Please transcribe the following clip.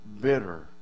bitter